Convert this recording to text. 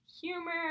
humor